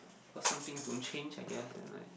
cause some things don't change I guess and like